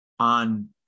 On